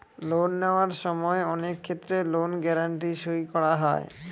loan নেওয়ার সময় অনেক ক্ষেত্রে লোন গ্যারান্টি সই করা হয়